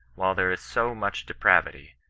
while there is so much depravity,